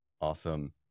Awesome